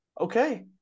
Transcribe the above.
Okay